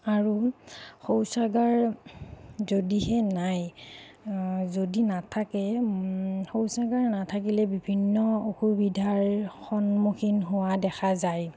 আৰু শৌচাগাৰ যদিহে নাই যদি নাথাকে শৌচাগাৰ নাথাকিলে বিভিন্ন অসুবিধাৰ সন্মুখীন হোৱা দেখা যায়